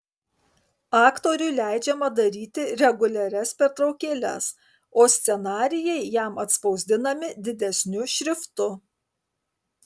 aktoriui leidžiama daryti reguliarias pertraukėles o scenarijai jam atspausdinami didesniu šriftu